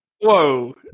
whoa